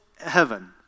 heaven